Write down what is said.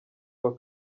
uwa